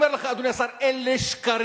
אדוני השר, אני אומר לך: אלה שקרים.